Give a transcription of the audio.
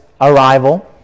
arrival